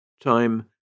Time